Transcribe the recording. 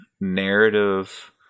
narrative